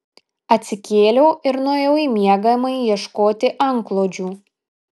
atsikėliau ir nuėjau į miegamąjį ieškoti antklodžių